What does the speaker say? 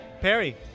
Perry